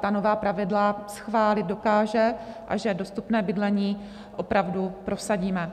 ta nová pravidla schválit dokáže a že dostupné bydlení opravdu prosadíme.